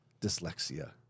dyslexia